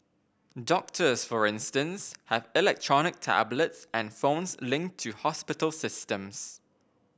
doctors for instance have electronic tablets and phones linked to hospital systems